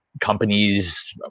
companies